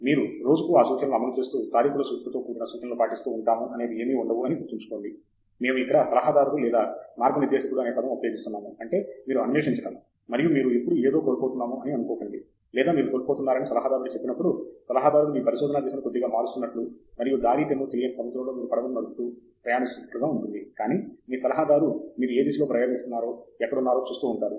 తంగిరాల ఆపై మీరు రోజుకు ఆ సూచనలను అమలు చేస్తూ తారీఖుల సూచిక తో కూడిన సూచనలు పాటిస్తూ ఉంటాము అనేవి ఏమీ ఉండవు అని గుర్తుంచుకోండి మేము ఇక్కడ సలహాదారుడు లేదా మార్గనిర్దేశకుడు అనే పదం ఉపయోగిస్తున్నాము అంటే మీరు అన్వేషించడం మరియు మీరు ఎప్పుడు ఏదో కోల్పోతున్నాము అని అనుకోకండి లేదా మీరు కోల్పోతున్నారని సలహాదారు చెప్పినప్పుడు సలహాదారుడు మీ పరిశోధనా దిశను కొద్దిగా మారుస్తునట్లు మరియు దారీతెన్నూ తెలియని సముద్రంలో మీరు పడవను నడుపుతూ ప్రయాణిస్తున్నట్లుగా ఉంటుంది కానీ మీ సలహాదారు మీరు ఏ దిశలో ప్రయానిస్తున్నారో ఎక్కడున్నారో చూస్తూ ఉంటారు